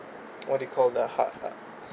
what do you called the hard part